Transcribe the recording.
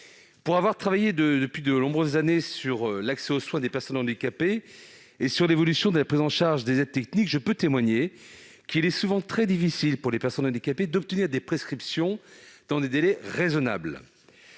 Pour travailler depuis de nombreuses années sur l'accès aux soins des personnes handicapées et sur l'évolution de la prise en charge des aides techniques, je puis témoigner qu'il est souvent très difficile pour les personnes handicapées d'obtenir des prescriptions dans des délais raisonnables.